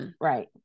Right